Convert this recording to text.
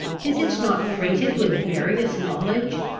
is it not freighted with various knowledge?